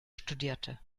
studierte